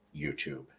YouTube